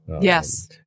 Yes